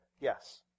Yes